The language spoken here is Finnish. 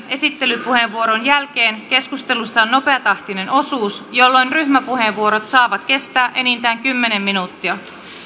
esittelypuheenvuoron jälkeen keskustelussa on nopeatahtinen osuus jolloin ryhmäpuheenvuorot saavat kestää enintään kymmenen minuuttia